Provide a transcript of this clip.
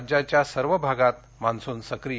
राज्याच्या सर्व भागात मान्सून सक्रिय